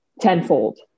tenfold